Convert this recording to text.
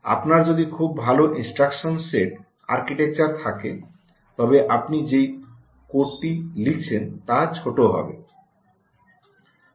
আপনার যদি খুব ভাল ইনস্ট্রাকশন সেট আর্কিটেকচার থাকে তবে আপনি যে কোডটি লিখেছেন তা ছোট হবে